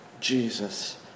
Jesus